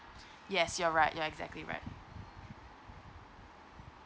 yes you are right you are exactly right